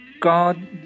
God